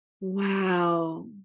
Wow